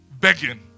begging